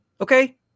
okay